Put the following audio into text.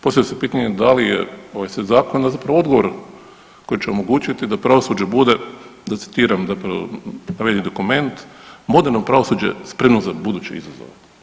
Postavlja se pitanje da li je ovaj set zakona zapravo odgovor koji će omogućiti da pravosuđe bude, da citiram zapravo navedeni dokument, moderno pravosuđe spremno za buduće izazove.